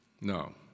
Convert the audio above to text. No